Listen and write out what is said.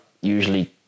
usually